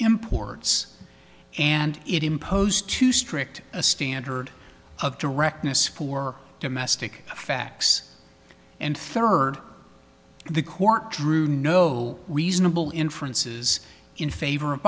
imports and it imposed too strict a standard of directness for domestic facts and third the court drew no reasonable inferences in favor of